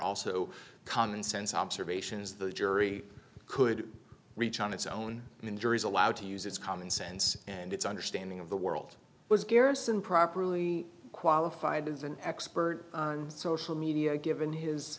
also commonsense observations the jury could reach on its own in juries allowed to use its common sense and its understanding of the world was gerritsen properly qualified as an expert on social media given his